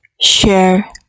share